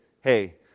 hey